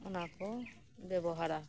ᱚᱱᱟᱠᱚ ᱵᱮᱵᱚᱨᱟ